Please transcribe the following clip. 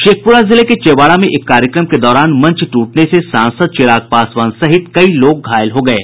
शेखप्रा जिले के चेवाड़ा में एक कार्यक्रम के दौरान मंच ट्रटने से सांसद चिराग पासवान सहित कई लोग घायल हो गये